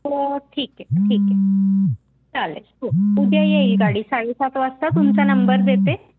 हो ठीक आहे ठीक आहे चालेल हो उद्या येईल गाडी साडे सात वाजता तुमचा नंबर देते